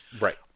Right